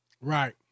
Right